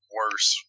worse